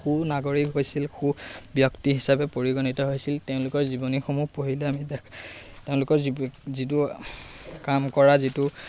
সু নাগৰিক হৈছিল সু ব্যক্তি হিচাপে পৰিগণিত হৈছিল তেওঁলোকৰ জীৱনীসমূহ পঢ়িলে আমি তেওঁলোকৰ জীৱ যিটো কাম কৰা যিটো